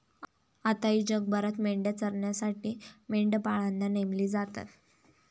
आताही जगभरात मेंढ्या चरण्यासाठी मेंढपाळांना नेमले जातात